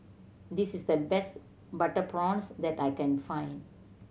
this is the best butter prawns that I can find